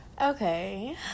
Okay